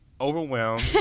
overwhelmed